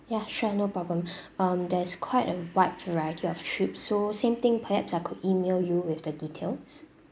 ya sure no problem um there's quite a wide variety of trip so same thing perhaps I could email you with the details